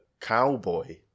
cowboy